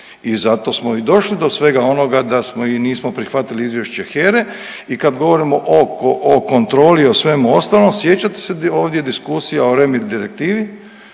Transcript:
i zato smo i došli do svega onoga da smo i nismo prihvatili izvješće HERA-e i kad govorimo o, o kontroli i o svemu ostalom sjećate se ovdje diskusije o REMIT direktivi,